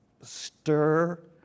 stir